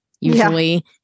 usually